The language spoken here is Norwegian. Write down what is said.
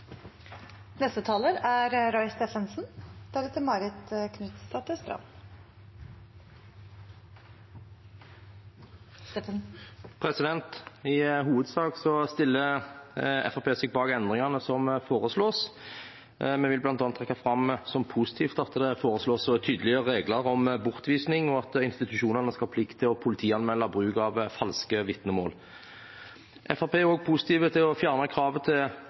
I hovedsak stiller Fremskrittspartiet seg bak endringene som foreslås. Vi vil bl.a. trekke fram som positivt at det foreslås å tydeliggjøre regler om bortvisning, og at institusjonene skal ha plikt til å politianmelde bruk av falske vitnemål. Fremskrittspartiet er positive til å fjerne kravet til